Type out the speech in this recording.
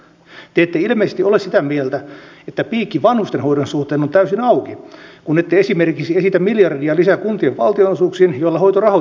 te ette ilmeisesti ole sitä mieltä että piikki vanhusten hoidon suhteen on täysin auki kun ette esimerkiksi esitä miljardia lisää kuntien valtionosuuksiin joilla hoito rahoitetaan